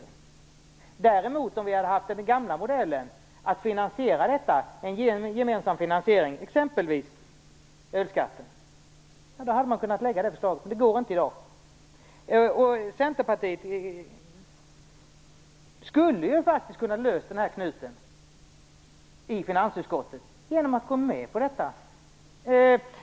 Om vi däremot hade haft den gamla modellen med en gemensam finansiering, exempelvis ölskatten, hade man kunnat lägga fram det förslaget. Men det går inte i dag. Centerpartiet skulle faktiskt ha kunnat löst den här knuten i finansutskottet genom att gå med på detta.